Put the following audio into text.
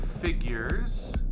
figures